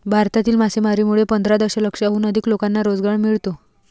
भारतातील मासेमारीमुळे पंधरा दशलक्षाहून अधिक लोकांना रोजगार मिळतो